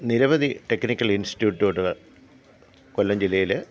നിരവധി ടെക്നിക്കല് ഇന്സ്റ്റിടൂട്ടുകള് കൊല്ലം ജില്ലയിൽ